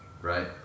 Right